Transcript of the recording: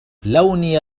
لوني